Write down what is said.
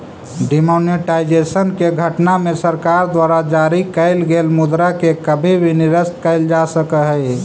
demonetisation के घटना में सरकार द्वारा जारी कैल गेल मुद्रा के कभी भी निरस्त कैल जा सकऽ हई